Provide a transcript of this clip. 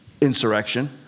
insurrection